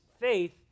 faith